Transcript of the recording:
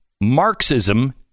Marxism